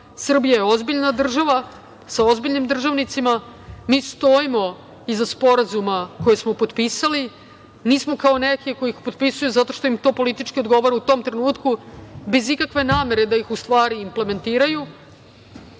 je ozbiljna država sa ozbiljnim državnicima. Mi stojimo iza sporazuma koji smo potpisali. Nismo kao neki koji ih potpisuju zato što im to politički odgovara u tom trenutku, bez ikakve namere da ih u stvari implementiraju.